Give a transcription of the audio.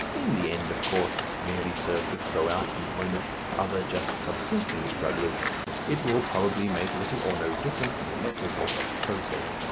in the end, of course, merely serve to throw out of employment other just subsisting strugglers it will probably make little or no difference in the nett result of the process.